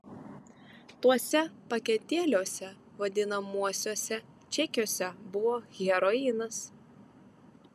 tuose paketėliuose vadinamuosiuose čekiuose buvo heroinas